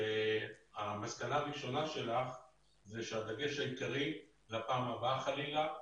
שהמסקנה הראשונה שלך זה שהדגש העיקרי לפעם הבאה חלילה,